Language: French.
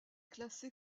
classée